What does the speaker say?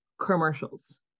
commercials